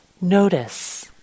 notice